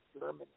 Germany